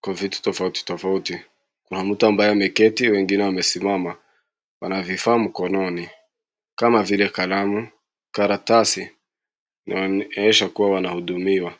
kwa vitu tofauti tofauti. Kuna mtu ambaye ameketi wengine wamesimama. Wana vifaa mkononi kama vile kalamu, karatasi na inaonyesha kuwa wanahudumiwa.